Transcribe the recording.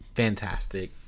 Fantastic